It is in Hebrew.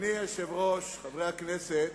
אדוני היושב-ראש, חברי הכנסת,